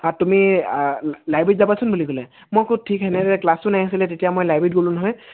তুমি লাইব্ৰেৰীত যাবাচোন বুলি ক'লে মই ক'লোঁ ঠিক আছে সেনেকৈ ক্লাছটো নাই তেতিয়া মই লাইব্ৰেৰীত গ'লোঁ নহয়